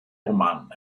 romanen